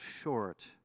short